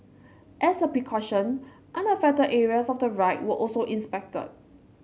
as a precaution unaffected areas of the ride were also inspected